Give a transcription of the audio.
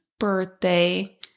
birthday